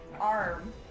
arm